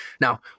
Now